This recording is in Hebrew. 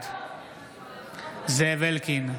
בעד זאב אלקין,